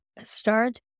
start